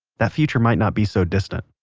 that future might not be so distant